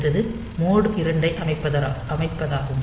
அடுத்தது மோட் 2 ஐ அமைப்பதாகும்